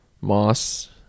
Moss